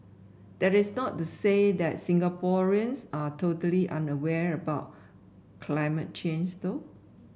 that is not to say that Singaporeans are totally unaware about climate change though